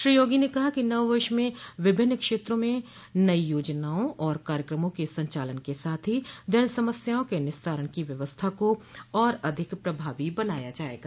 श्री योगी ने कहा कि नववर्ष में विभिन्न क्षेत्रों में नई योजनाओं और कार्यक्रमों के संचालन के साथ ही जनसमस्याओं के निस्तारण की व्यवस्था को और अधिक प्रभावी बनाया जायेगा